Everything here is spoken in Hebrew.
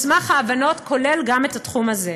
מסמך ההבנות כולל גם את התחום הזה.